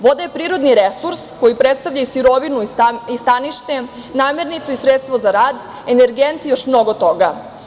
Voda je prirodni resurs koji predstavlja i sirovinu i stanište, namernicu i sredstvo za rad, energent i još mnogo toga.